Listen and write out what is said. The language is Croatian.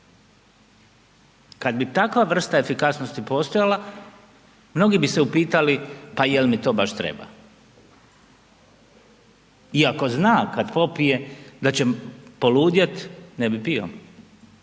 Kad bi takva vrsta efikasnosti postojala, mnogi bi se upitali pa je li mi to baš treba. I ako zna, kad popije, da će poludjeti, ne bi pio.